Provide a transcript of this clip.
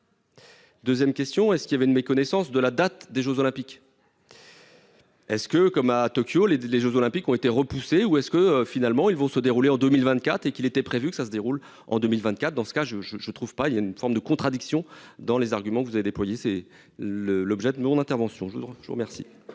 2ème question, est-ce qu'il y avait une méconnaissance de la date des Jeux olympiques. Est-ce que comme à Tokyo les les Jeux olympiques ont été repoussées ou est-ce que finalement ils vont se dérouler en 2024 et qu'il était prévu que ça se déroule en 2024 dans ce cas je je je trouve pas, il y a une sorte de contradiction dans les arguments que vous avez déployé c'est le l'objet tu nous on intervention je voudrais